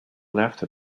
left